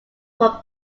from